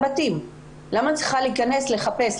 למה אני צריכה להיכנס ולחפש?